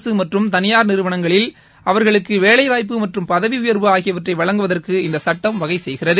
அரசு மற்றும் தனியார் நிறுவனங்களில் அவர்களுக்கு வேலைவாய்ப்பு மறறும் பதவி உயர்வு ஆகியவற்றை வழங்குவதற்கு இந்த சட்டம் வகை செய்கிறது